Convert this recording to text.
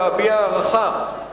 אני רוצה להביע הערכה לעמדתך,